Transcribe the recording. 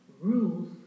rules